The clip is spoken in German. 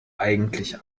eigentlich